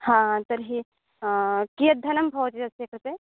हा तर्हि कीयद् धनं भवति तस्य कृते